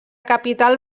capital